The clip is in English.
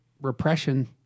repression